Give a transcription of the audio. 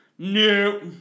no